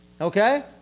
okay